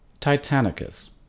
Titanicus